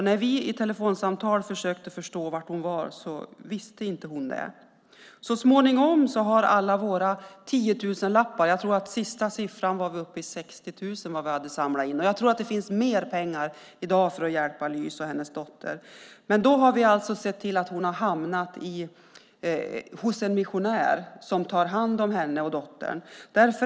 När vi vid telefonsamtal försökte förstå var hon var visste hon inte det. Vi har samlat in mycket pengar. Det sista jag hörde var 60 000 kronor. Men jag tror att det finns mer pengar i dag för att hjälpa Lys och hennes dotter. Vi har sett till att hon har hamnat hos en missionär som tar hand om henne och dottern.